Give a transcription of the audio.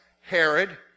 Herod